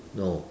no